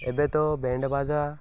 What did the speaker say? ଏବେ ତ ବ୍ୟାଣ୍ଡ ବାଜା